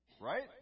Right